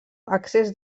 accés